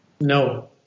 No